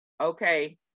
Okay